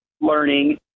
learning